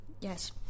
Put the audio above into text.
Yes